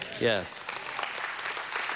Yes